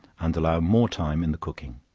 and allow more time in the cooking.